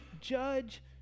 judge